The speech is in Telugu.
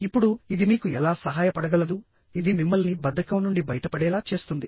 ఇప్పుడు ఇది మీకు ఎలా సహాయపడగలదు ఇది మిమ్మల్ని బద్ధకం నుండి బయటపడేలా చేస్తుంది